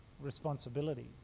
responsibility